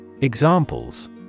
Examples